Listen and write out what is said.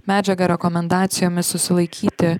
medžiaga rekomendacijomis susilaikyti